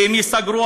ואם ייסגרו